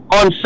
on